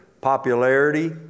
popularity